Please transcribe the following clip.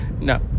No